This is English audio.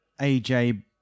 AJ